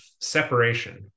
separation